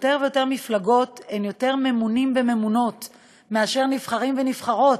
שיותר ויותר מפלגות הן יותר עם ממונים וממונות מאשר נבחרים ונבחרות,